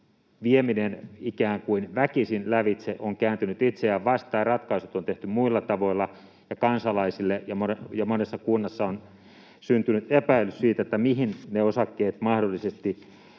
lävitse ikään kuin väkisin on kääntynyt itseään vastaan, ja ratkaisut on tehty muilla tavoilla, ja kansalaisille ja monessa kunnassa on syntynyt epäilys siitä, mihin ne osakkeet mahdollisesti